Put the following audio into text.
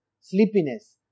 Sleepiness